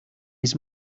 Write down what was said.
his